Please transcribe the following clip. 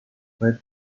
fue